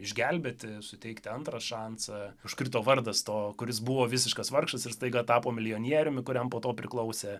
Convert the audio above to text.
išgelbėti suteikti antrą šansą užkrito vardas to kuris buvo visiškas vargšas ir staiga tapo milijonieriumi kuriam po to priklausė